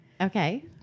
Okay